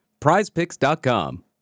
prizepicks.com